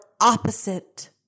opposite